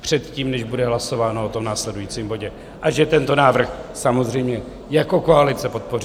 předtím, než bude hlasováno o následujícím bodě, a že tento návrh samozřejmě jako koalice podpoříme.